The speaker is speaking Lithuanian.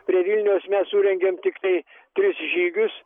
prie vilniaus mes surengėm tiktai tris žygius